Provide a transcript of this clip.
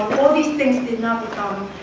all these things did not become,